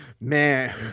Man